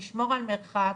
לשמור על מרחק.